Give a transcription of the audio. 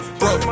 bro